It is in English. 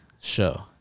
show